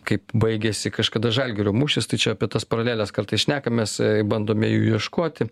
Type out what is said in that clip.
kaip baigėsi kažkada žalgirio mūšis tai čia apie tas paralelės kartais šnekamės bandome jų ieškoti